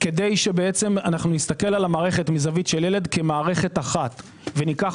כדי שנסתכל על המערכת מזווית של ילד כמערכת אחת וניקח